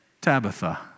Tabitha